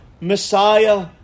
Messiah